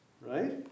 Right